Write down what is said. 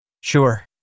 Sure